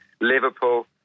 Liverpool